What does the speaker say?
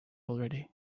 already